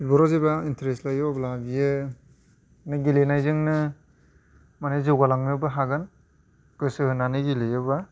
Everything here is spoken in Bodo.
बेफोराव जेब्ला एन्ट्रेस लायो अब्ला बियो नों गेलेनायजोंनो मानि जौगालांनोबो हागोन गोसो होनानै गेलेयोबा